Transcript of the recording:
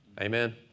Amen